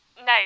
No